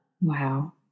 Wow